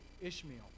Ishmael